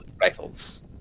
rifles